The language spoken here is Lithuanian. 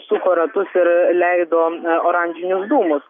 suko ratus ir leido a oranžinius dūmus